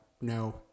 No